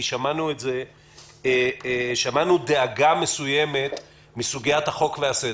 כי שמענו דאגה מסוימת מסוגיית הפרות החוק והסדר,